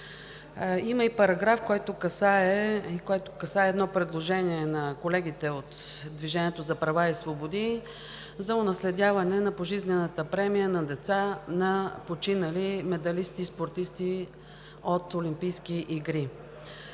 Има и параграф, който касае предложение на колегите от „Движението за права и свободи“, за унаследяване на пожизнената премия на деца на починали спортисти – медалисти от олимпийски игри.